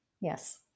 Yes